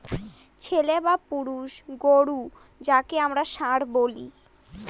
ছেলে বা পুরুষ গোরু যাকে আমরা ষাঁড় বলি